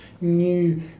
new